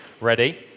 ready